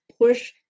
push